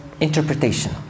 interpretation